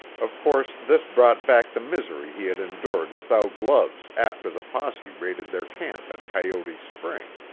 of course this brought back the misery he had endured without gloves after the posse raided their camp at coyote spring.